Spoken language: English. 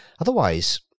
Otherwise